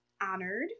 honored